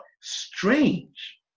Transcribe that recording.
Strange